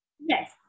Yes